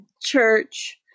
church